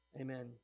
Amen